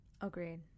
Agreed